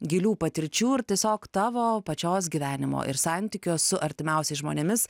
gilių patirčių ir tiesiog tavo pačios gyvenimo ir santykio su artimiausiais žmonėmis